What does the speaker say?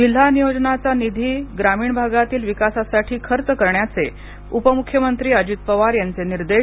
जिल्हा नियोजनचा निधी ग्रामीण भागातील विकासासाठी खर्च करण्याचे उपमुख्यमंत्री अजित पवार यांचे निर्देश